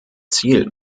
ziel